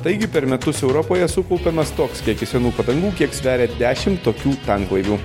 taigi per metus europoje sukaupiamas toks kiekis senų padangų kiek sveria dešimt tokių tanklaivių